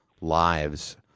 lives